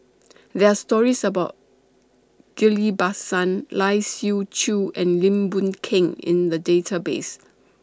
There Are stories about Ghillie BaSan Lai Siu Chiu and Lim Boon Keng in The Database